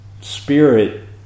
spirit